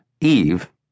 Eve